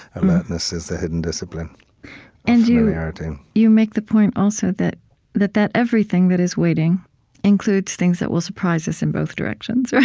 alertness is the hidden discipline of and familiarity. you make the point, also, that that that everything that is waiting includes things that will surprise us in both directions, right?